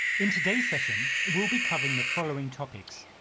in today's session, we'll be covering the following topics,